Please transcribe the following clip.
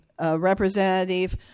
representative